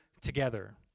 together